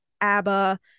ABBA